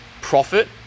profit